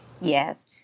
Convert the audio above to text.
Yes